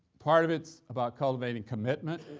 part of it's about cultivating commitment,